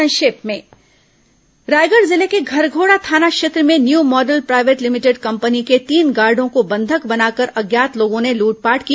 संक्षिप्त समाचार रायगढ़ जिले के घरघोड़ा थाना क्षेत्र में new model private limited company के तीन गार्डो को बंधक बनाकर अज्ञात लोगों ने लुटपाट की